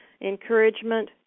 Encouragement